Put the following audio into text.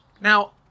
Now